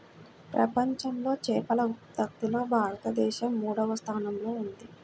ప్రపంచంలో చేపల ఉత్పత్తిలో భారతదేశం మూడవ స్థానంలో ఉంది